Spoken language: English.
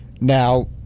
Now